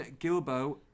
Gilbo